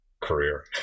career